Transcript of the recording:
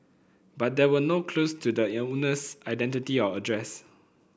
but there were no clues to the owner's identity or address